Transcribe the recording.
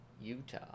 Utah